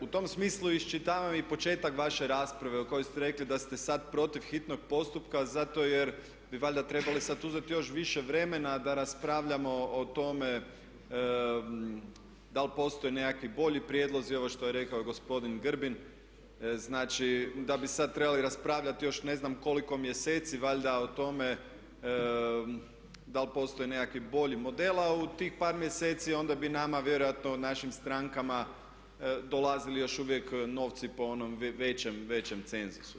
U tom smislu iščitavam i početak vaše rasprave u kojoj ste rekli da ste sad protiv hitnog postupka zato jer bi valjda trebali sad uzeti još više vremena da raspravljamo o tome da li postoji neki bolji prijedlozi, ovo što je rekao gospodin Grbin, znači da bi sad trebali raspravljati još ne znam koliko mjeseci valjda o tome dal postoji nekakvi bolji model a u tih par mjeseci onda bi nama vjerojatno, našim strankama dolazili još uvijek novci po onom većem cenzusu.